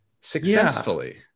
successfully